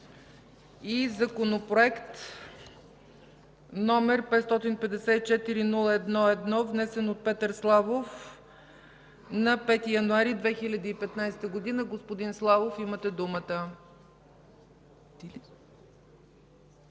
Законопроект, № 554-01-1, внесен от Петър Славов на 5 януари 2015 г. Господин Славов, имате думата.